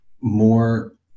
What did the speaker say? more